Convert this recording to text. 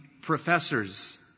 professors